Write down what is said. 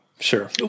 Sure